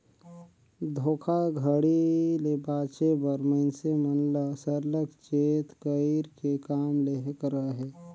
धोखाघड़ी ले बाचे बर मइनसे मन ल सरलग चेत कइर के काम लेहे कर अहे